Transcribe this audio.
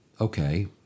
Okay